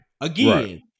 Again